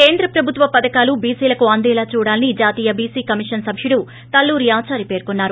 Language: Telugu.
కేంద్ర ప్రభుత్వ పథకాలు బీసీలకు అందేలా చూడాలని జాతీయ బీసీ కమీషన్ సభ్యుడు తల్లూరి ఆదారి పేర్కొన్నారు